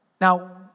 Now